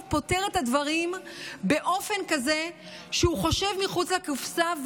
פותר את הדברים באופן כזה שהוא חושב מחוץ לקופסה,